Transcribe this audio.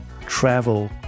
travel